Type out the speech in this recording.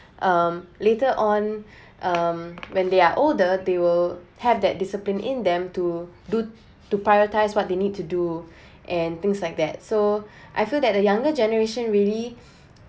um later on um when they are older they will have that discipline in them to do to prioritise what they need to do and things like that so I feel that the younger generation really